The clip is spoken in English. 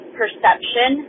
perception